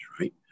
right